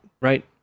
Right